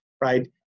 right